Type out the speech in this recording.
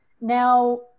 now